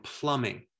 plumbing